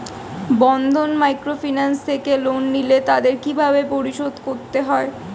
বন্ধন microfinance থেকে loan নিলে তাদের কিভাবে পরিশোধ করতে হয়?